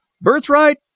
Birthright